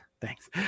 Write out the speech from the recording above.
Thanks